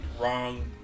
wrong